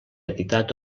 editat